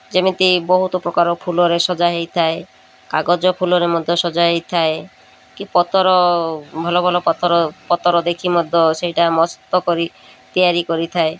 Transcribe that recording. ଯେମିତି ବହୁତ ପ୍ରକାର ଫୁଲରେ ସଜାହଅଇଥାଏ କାଗଜ ଫୁଲରେ ମଧ୍ୟ ସଜାହୋଇଥାଏ କି ପତର ଭଲ ଭଲ ପତର ପତର ଦେଖି ମଧ୍ୟ ସେଇଟା ମସ୍ତ କରି ତିଆରି କରିଥାଏ